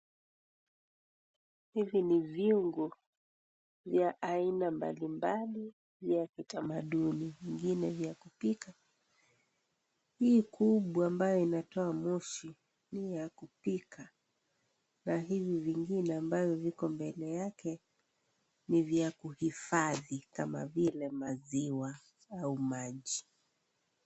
Hivi ni vyungu vya aina mbalimbali vya kitamaduni vingine vya kupika, hii kubwa ambayo inatoa moshi ni ya kupika na hivi vingine ambavyo viko mbele yake ni vya kuhifadhi kama vile maziwa au maji.